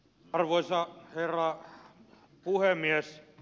arvoisa herra puhemies